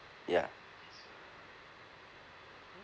ya